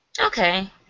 Okay